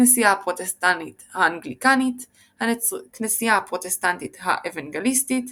הכנסייה הפרוטסטנטית האנגליקנית הכנסייה הפרוטסטנטית האוונגליסטית